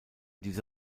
diese